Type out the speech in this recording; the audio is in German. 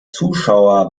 zuschauer